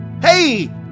Hey